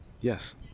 Yes